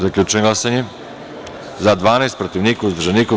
Zaključujem glasanje: za – 12, protiv – niko, uzdržan – niko.